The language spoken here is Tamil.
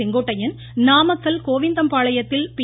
செங்கோட்டையன் நாமக்கல் கோவிந்தம்பாளையத்தில் பி